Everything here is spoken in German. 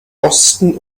osten